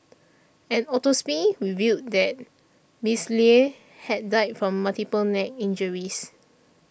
an autopsy revealed that Ms Lie had died from multiple neck injuries